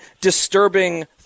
disturbing